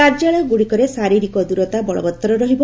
କାର୍ଯ୍ୟାଳୟ ଗୁଡ଼ିକରେ ଶାରୀରିକ ଦୂରତା ବଳବତ୍ତର ରହିବ